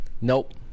Nope